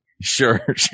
Sure